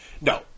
no